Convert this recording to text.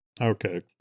Okay